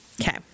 Okay